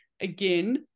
again